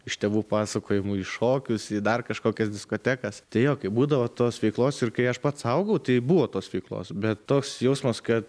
iš tėvų pasakojimų į šokius į dar kažkokias diskotekas tai jo kai būdavo tos veiklos ir kai aš pats augau tai buvo tos veiklos bet toks jausmas kad